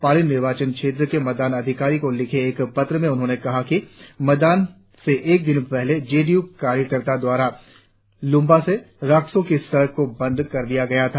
पालिन निर्वाचन क्षेत्र के मतदान अधिकारी को लिखे एक पत्र में उन्होंने कहा है कि मतदान से एक दिन पहले जे डी यू के कार्यकर्ताओं द्वारा लूंबा से राक्सो की सड़क को बंद कर दिया गया था